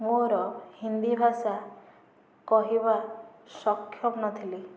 ମୋର ହିନ୍ଦୀ ଭାଷା କହିବା ସକ୍ଷମ ନଥିଲି